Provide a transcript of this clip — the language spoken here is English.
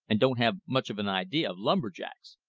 and don't have much of an idea of lumber-jacks.